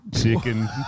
Chicken